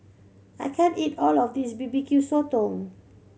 I can't eat all of this B B Q Sotong